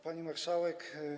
Pani Marszałek!